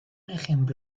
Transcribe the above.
ejemplo